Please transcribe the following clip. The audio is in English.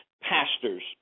pastors